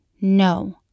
No